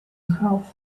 half